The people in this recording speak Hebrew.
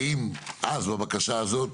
האם בבקשה הזאת